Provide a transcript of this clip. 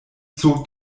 zog